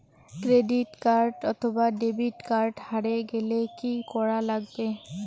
Credit card অথবা debit card হারে গেলে কি করা লাগবে?